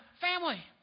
family